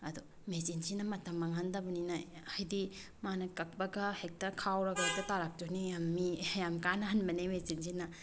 ꯑꯗꯣ ꯃꯦꯆꯤꯟꯁꯤꯅ ꯃꯇꯝ ꯃꯥꯡꯍꯟꯗꯕꯅꯤꯅ ꯍꯥꯏꯗꯤ ꯃꯥꯅ ꯀꯛꯄꯒ ꯍꯦꯛꯇ ꯈꯥꯎꯔꯒ ꯍꯦꯛꯇ ꯇꯥꯔꯛꯇꯣꯏꯅꯤ ꯌꯥꯝ ꯃꯤ ꯌꯥꯝ ꯀꯥꯟꯅꯍꯟꯕꯅꯤ ꯃꯦꯆꯤꯟꯁꯤꯅ